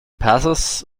pathos